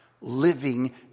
living